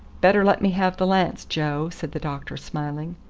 better let me have the lance, joe, said the doctor smiling.